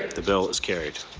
the bill is carried.